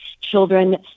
children